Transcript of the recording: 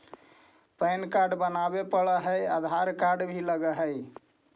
Pan card बनावे पडय है आधार कार्ड भी लगहै?